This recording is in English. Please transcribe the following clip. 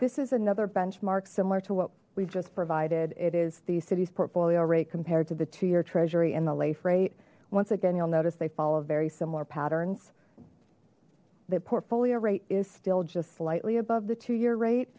this is another benchmark similar to what we've just provided it is the city's portfolio rate compared to the two year treasury in the lay freight once again you'll notice they follow very similar patterns that portfolio rate is still just slightly above the two year rate